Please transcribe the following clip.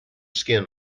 skin